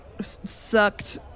sucked